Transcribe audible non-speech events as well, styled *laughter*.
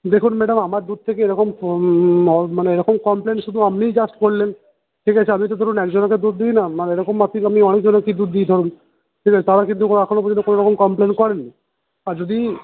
দেখুন ম্যাডাম আমার দুধ থেকে এরকম মানে এরকম কমপ্লেন শুধু আপনিই জাস্ট করলেন ঠিক আছে আমি তো ধরুন একজনাকে দুধ দিই না মানে এরকম আপনি *unintelligible* অনেকজনকে দুধ দিই ধরুন ঠিক আছে তারা কিন্তু এখনও পর্যন্ত কোনরকম কমপ্লেন করেনি আর যদি